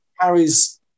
carries